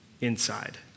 inside